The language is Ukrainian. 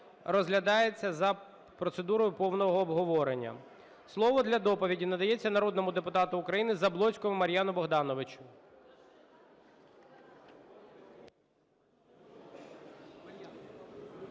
розглядається за процедурою повного обговорення. Слово для доповіді надається народному депутату України Заблоцькому Мар'яну Богдановичу.